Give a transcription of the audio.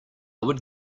would